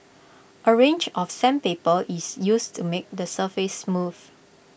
A range of sandpaper is used to make the surface smooth